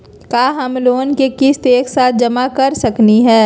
का हम लोन के किस्त एक साथ जमा कर सकली हे?